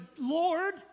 Lord